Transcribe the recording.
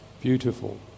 beautiful